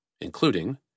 including